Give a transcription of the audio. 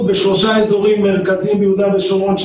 בשלושה אזורים מרכזיים ביהודה ושומרון,